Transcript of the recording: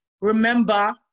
remember